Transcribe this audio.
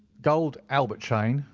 gold albert chain,